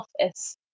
office